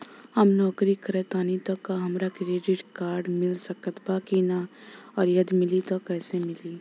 हम नौकरी करेनी त का हमरा क्रेडिट कार्ड मिल सकत बा की न और यदि मिली त कैसे मिली?